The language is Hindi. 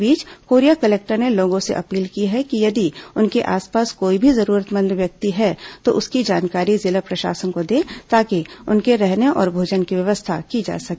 इस बीच कोरिया कलेक्टर ने लोगों से अपील की है कि यदि उनके आसपास कोई भी जरूरतमंद व्यक्ति है तो उसकी जानकारी जिला प्रशासन को दें ताकि उनके रहने और भोजन की व्यवस्था की जा सके